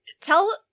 tell